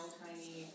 tiny